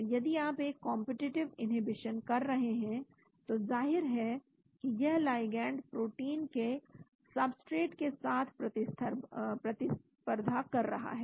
तो यदि आप एक कॉम्पिटेटिव इनहीबिशन कर रहे हैं तो जाहिर है कि यह लाइगैंड प्रोटीन के सबस्ट्रेट के साथ प्रतिस्पर्धा कर रहा है